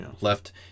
Left